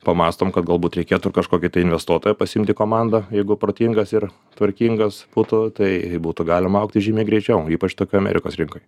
pamąstom kad galbūt reikėtų ir kažkokį tai investuotoją pasiimt į komandą jeigu protingas ir tvarkingas būtų tai būtų galima augti žymiai greičiau ypač tokioj amerikos rinkoj